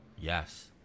Yes